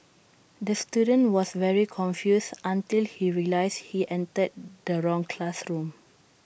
the student was very confused until he realised he entered the wrong classroom